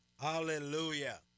Hallelujah